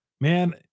Man